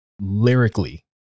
lyrically